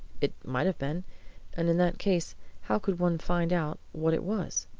it might have been. and in that case how could one find out what it was?